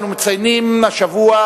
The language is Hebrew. אנחנו מציינים השבוע,